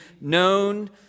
known